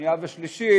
שנייה ושלישית,